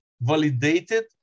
validated